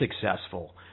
successful